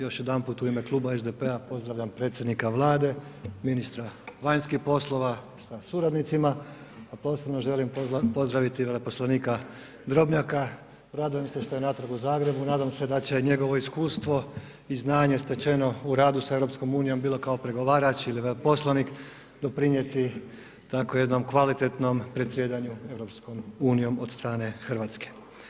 Još jedanput u ime Kluba SDP-a pozdravljam predsjednika Vlade, ministra vanjskih poslova sa suradnicima a posebno želim pozdraviti veleposlanika Drobnjaka, radujem se što je natrag u Zagrebu i nadam se da će njegovo iskustvo i znanje stečeno u radu sa EU bilo kao pregovarač ili veleposlanik doprinijeti takvom jednom kvalitetnom predsjedanju EU od strane Hrvatske.